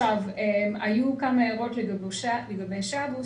היו כמה הערות לגבי "שבוס".